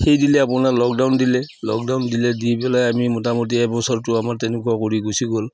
হেৰি দিলে আপোনাৰ লকডাউন দিলে লকডাউন দিলে দি পেলাই আমি মোটামুটি এবছৰটো আমাৰ তেনেকুৱা কৰি গুচি গ'ল